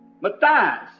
Matthias